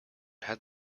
had